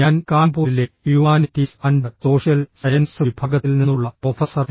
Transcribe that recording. ഞാൻ കാന്പൂരിലെ humanities and social sciences വിഭാഗത്തിൽ നിന്നുള്ള പ്രൊഫസർ ടി